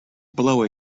blow